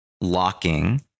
locking